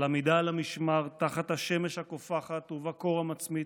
על עמידה על המשמר תחת השמש הקופחת ובקור המצמית,